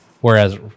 Whereas